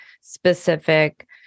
specific